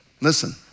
Listen